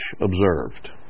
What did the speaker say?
observed